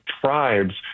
tribes